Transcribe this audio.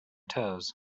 toes